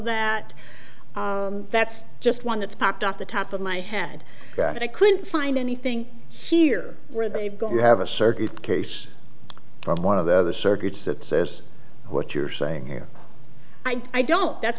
that that's just one that's popped off the top of my head that i couldn't find anything here where they have a circuit case from one of the other circuits that says what you're saying here i don't that's